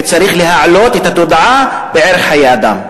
וצריך להעלות את המודעות לערך חיי אדם.